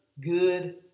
good